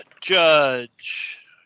judge